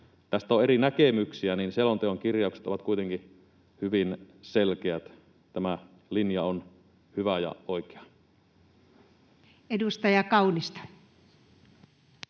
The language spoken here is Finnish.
tästä on eri näkemyksiä, niin selonteon kirjaukset ovat kuitenkin hyvin selkeät. Tämä linja on hyvä ja oikea. Edustaja Kaunisto.